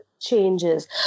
changes